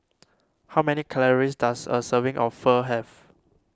how many calories does a serving of Pho have